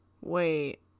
wait